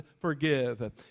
forgive